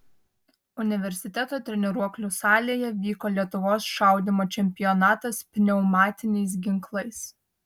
universiteto treniruoklių salėje vyko lietuvos šaudymo čempionatas pneumatiniais ginklais